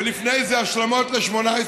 ולפני זה בהשלמות ל-2018,